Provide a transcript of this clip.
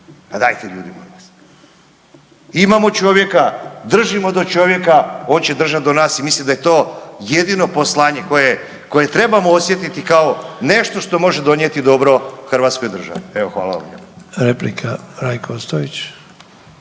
Pa dajte ljudi moji. Imamo čovjeka, držimo do čovjeka, on će držat do nas i mislim da je to jedino poslanje koje trebamo osjetiti kao nešto što može donijeti dobro hrvatskoj državi. Evo hvala vam lijepa.